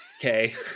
Okay